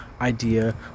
idea